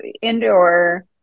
indoor